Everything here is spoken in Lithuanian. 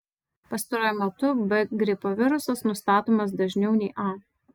pastaruoju metu b gripo virusas nustatomas dažniau nei a